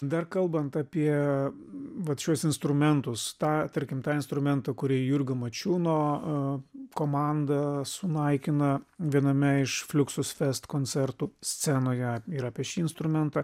dar kalbant apie vat šiuos instrumentus tą tarkim tą instrumentą kurį jurgio mačiūno komanda sunaikina viename iš fliuksus fest koncertų scenoje ir apie šį instrumentą